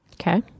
Okay